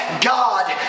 God